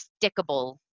stickable